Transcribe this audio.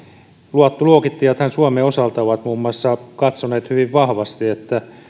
luottoluokittajathan suomen osalta ovat muun muassa katsoneet hyvin vahvasti että